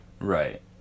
Right